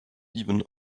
even